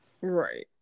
right